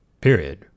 period